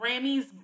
Grammys